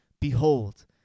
Behold